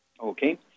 Okay